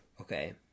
Okay